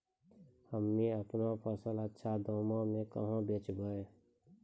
हम्मे आपनौ फसल अच्छा दामों मे कहाँ बेचबै?